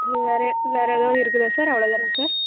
வேறெத் வேறு ஏதாவது இருக்குதா சார் அவ்வளோ தானா சார்